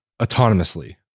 autonomously